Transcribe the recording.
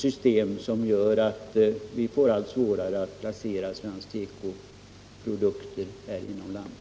Systemet gör att vi får allt svårare att placera svenska tekoprodukter inom landet.